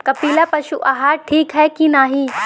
कपिला पशु आहार ठीक ह कि नाही?